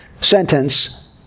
sentence